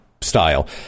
style